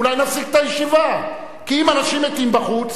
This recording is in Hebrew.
אולי נפסיק את הישיבה, כי אם אנשים מתים בחוץ,